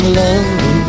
love